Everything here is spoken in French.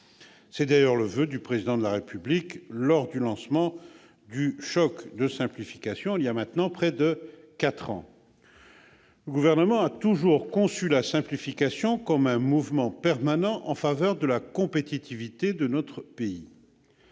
C'était d'ailleurs le voeu formé par le Président de la République lors du lancement du choc de simplification, voilà maintenant près de quatre ans. Le Gouvernement a toujours conçu la simplification comme un mouvement permanent en faveur de la compétitivité de notre pays.